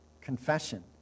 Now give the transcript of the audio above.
confession